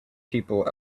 people